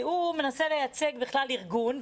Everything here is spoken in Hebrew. כי הוא מנסה לייצג בכלל ארגון,